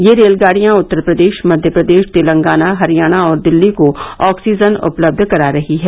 ये रेलगाड़ियां उत्तर प्रदेश मध्य प्रदेश तेलंगाना हरियाणा और दिल्ली को ऑक्सीजन उपलब्ध करा रही हैं